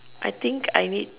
I think I need